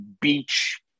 beach